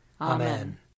Amen